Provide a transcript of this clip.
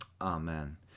Amen